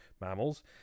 mammals